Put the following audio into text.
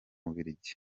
bubiligi